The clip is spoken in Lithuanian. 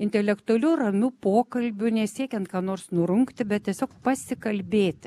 intelektualiu ramiu pokalbiu nesiekiant ką nors nurungti bet tiesiog pasikalbėti